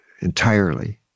entirely